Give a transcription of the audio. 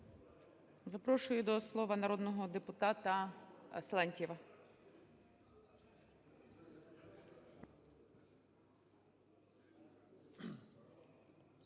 Запрошую до слова народного депутата Литвина.